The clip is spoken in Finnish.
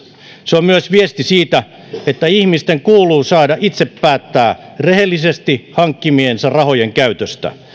se on myös viesti siitä että ihmisten kuuluu saada itse päättää rehellisesti hankkimiensa rahojen käytöstä